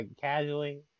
casually